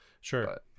Sure